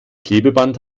klebeband